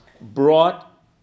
brought